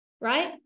right